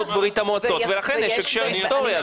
ברית המועצות ולכן יש הקשר היסטורי.